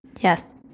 Yes